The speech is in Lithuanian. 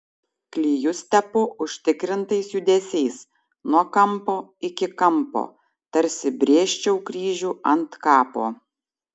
klijus tepu užtikrintais judesiais nuo kampo iki kampo tarsi brėžčiau kryžių ant kapo